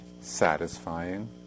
satisfying